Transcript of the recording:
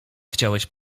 chciałeś